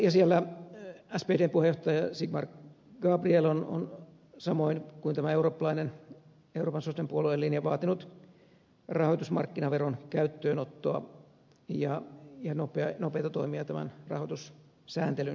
ja siellä spdn puheenjohtaja sigmar gabriel on samoin kuin tämä euroopan sosiaalidemokraattinen puolue vaatinut rahoitusmarkkinaveron käyttöönottoa ja nopeita toimia tämän rahoitussääntelyn vahvistamiseksi